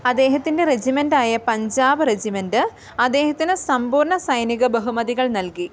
അദ്ദേഹത്തിൻ്റെ റെജിമെൻ്റായ പഞ്ചാബ് റെജിമെൻ്റ് അദ്ദേഹത്തിനു സമ്പൂർണ സൈനിക ബഹുമതികൾ നൽകി